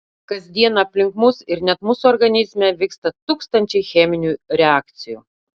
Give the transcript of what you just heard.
kas dieną aplink mus ir net mūsų organizme vyksta tūkstančiai cheminių reakcijų